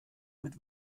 mit